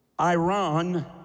Iran